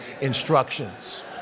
instructions